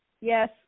Yes